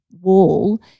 wall